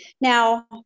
Now